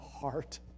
heart